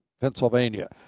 Pennsylvania